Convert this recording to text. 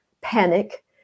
panic